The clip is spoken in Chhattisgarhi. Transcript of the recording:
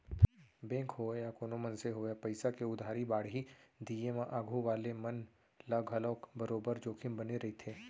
बेंक होवय या कोनों मनसे होवय पइसा के उधारी बाड़ही दिये म आघू वाले मन ल घलौ बरोबर जोखिम बने रइथे